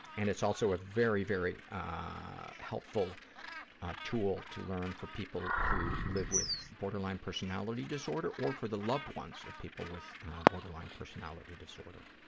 and it's also a very, very helpful tool to learn for people who live with borderline personality disorder or for the loved ones of people with borderline personality disorder.